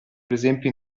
presente